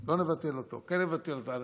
לא נבטל אותו, כן נבטל אותו.